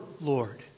Lord